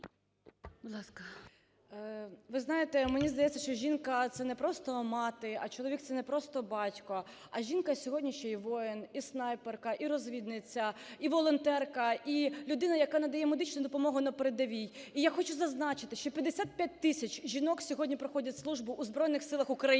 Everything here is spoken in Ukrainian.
Ви знаєте, мені здається, що жінка – це не просто мати, а чоловік – це не просто батько, а жінка сьогодні ще і воїн, і снайперка, і розвідниця, і волонтерка, і людина, яка надає медичну допомогу на передовій. І я хочу зазначити, що 55 тисяч жінок сьогодні проходять службу у Збройних Силах України